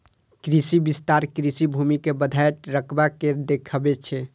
कृषि विस्तार कृषि भूमि के बढ़ैत रकबा के देखाबै छै